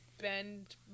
bend